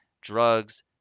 Drugs